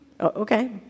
Okay